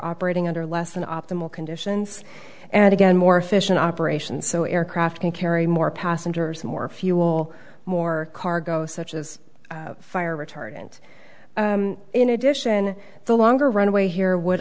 operating under less than optimal conditions and again more efficient operations so aircraft can carry more passengers more fuel more cargo such as fire retardant in addition the longer runway here would